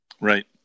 Right